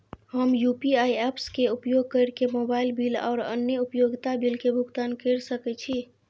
हम UPI apps के उपयोग केर के मोबाइल बिल और अन्य उपयोगिता बिल के भुगतान केर सके छी